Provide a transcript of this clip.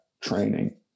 training